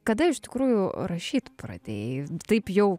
kada iš tikrųjų rašyt pradėjai taip jau